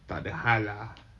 takde lah